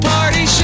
Party